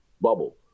bubble